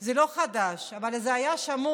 זה לא חדש, אבל זה היה שמור